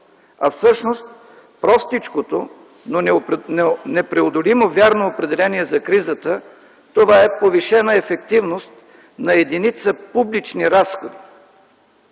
а всъщност простичкото, но непреодолимо вярно определение за кризата е повишена ефективност на единица публични разходи.